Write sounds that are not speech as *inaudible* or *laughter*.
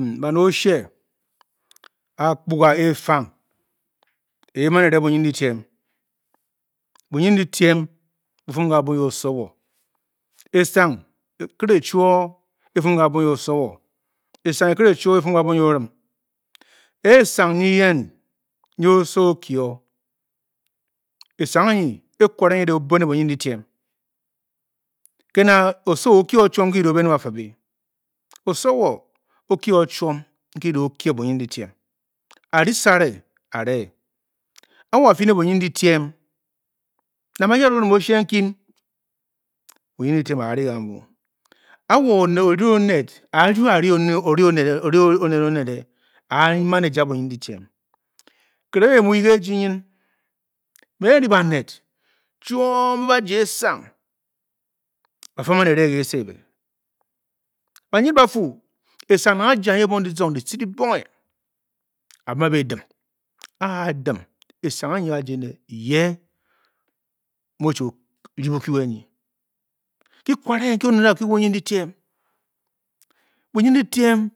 Ba nel o sheir *hesitation* a apkor kar asang a Mani be le bo yen letem *hesitation* bo yen letem bo fem le a bour nye osowor asang akele chor a dem le a bear nye osowor asang a kele a fem le a bour nye olam asang nye yen osowor o que *hesitation* asang an'eh a quqrar eh bour le bo yen letem ke na osowor or queor chom oke Nour be our le bavep osowor o quer chom nke ke bour que bo yen betem a re sare o're sare o re a wor a fele bo yen letem na le ge lem osheir nkem bo yen letem ba lee gamu wor o'le o'nel ba le ba lee air o'le o'nel ah manija bo yen letem nkele be mo yen le a ginin meh re ba'nel choir mbe ba jar asang ba fe bar baani Leke se bay yel ba fu asang na ba jar lele zonk ke kel leti le boneng amani dem ar dem asang nye ar dinne yer imo o'chi oqule ye ke kudle baku le bo yen letem bayen letem